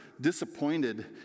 disappointed